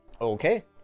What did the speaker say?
Okay